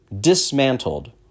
dismantled